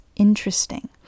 interesting